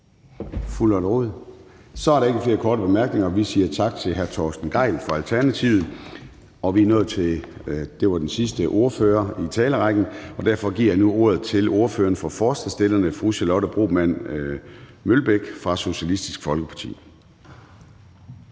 Rod? Nej. Så er der ikke flere korte bemærkninger. Vi siger tak til hr. Torsten Gejl fra Alternativet. Og det var den sidste ordfører i talerrækken, og derfor giver jeg nu ordet til ordføreren for forslagsstillerne, fru Charlotte Broman Mølbæk fra Socialistisk Folkeparti.